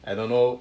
I don't know